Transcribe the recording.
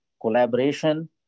collaboration